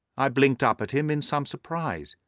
i blinked up at him in some surprise,